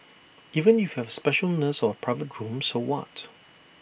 even if you have A special nurse or A private room so what